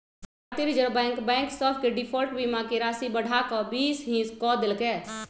भारतीय reserve bank bank सभ के डिफॉल्ट बीमा के राशि बढ़ा कऽ बीस हिस क देल्कै